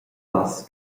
pass